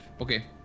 okay